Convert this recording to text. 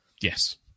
Yes